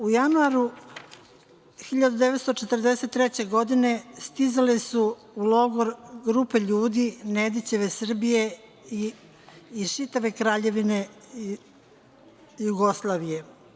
U januaru 1943. godine stizale su u logor grupe ljudi Nedićeve Srbije iz čitave Kraljevine Jugoslavije.